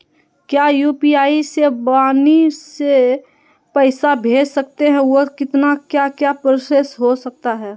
क्या यू.पी.आई से वाणी से पैसा भेज सकते हैं तो कितना क्या क्या प्रोसेस हो सकता है?